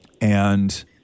And-